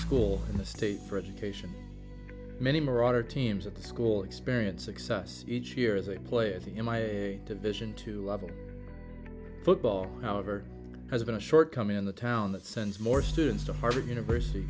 school in the state for education many marauder teams of the school experience success each year as a play of the in my division two football however has been a shortcoming in the town that sends more students to harvard university